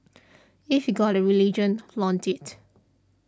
if you've got a religion flaunt it